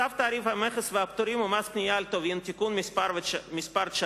צו תעריף המכס והפטורים ומס קנייה על טובין (תיקון מס' 19),